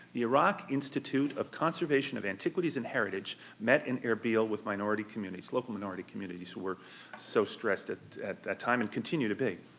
the iraq institute of conservation of antiquities and heritage met in erbil with minority communities local minority communities who were so stressed at at that time and continue to be.